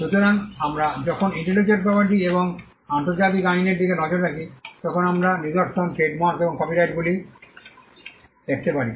সুতরাং আমরা যখন ইন্টেলেকচুয়াল প্রপার্টি এবং আন্তর্জাতিক আইনের দিকে নজর রাখি তখন আমরা নিদর্শন ট্রেডমার্ক এবং কপিরাইটগুলি দেখতে পারি